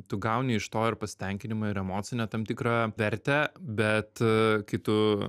tu gauni iš to ir pasitenkinimą ir emocinę tam tikrą vertę bet kai tu